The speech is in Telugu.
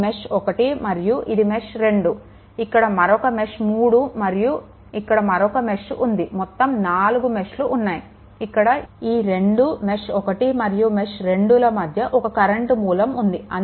ఇది మెష్1 మరియు ఇది మెష్2 ఇక్కడ మరొక మెష్3 మరియు ఇక్కడ మరొక మెష్ ఉంది మొత్తం 4 మెష్లు ఉన్నాయి ఇక్కడ ఈ రెండు మెష్1 మరియు మెష్2ల మధ్యలో ఒక కరెంట్ మూలం ఉంది